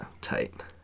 tight